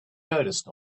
noticed